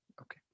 Okay